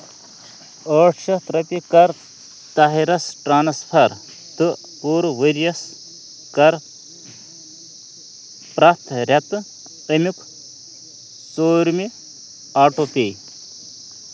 ٲٹھ شَتھ رۄپیہِ کَر طاہِرس ٹرٛانسفر تہٕ پوٗرٕ ؤرۍ یَس کَر پرٛٮ۪تھ رٮ۪تہٕ امیُک ژوٗرمہِ آٹوٗ پے